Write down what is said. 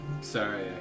Sorry